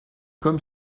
comme